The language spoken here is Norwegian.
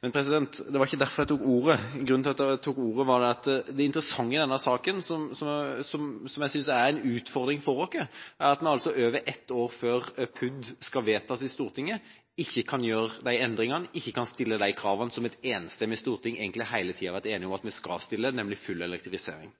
Men det var ikke derfor jeg tok ordet. Grunnen til at jeg tok ordet, det som jeg synes er det interessante i denne saken, og som jeg synes er en utfordring for oss, er at vi altså over et år før PUD skal vedtas i Stortinget, ikke kan gjøre de endringene, ikke kan stille de kravene som et enstemmig storting egentlig hele tiden har vært enig om at vi skal stille, nemlig full elektrifisering.